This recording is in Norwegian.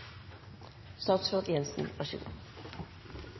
statsråd Jensen